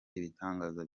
ibitangaza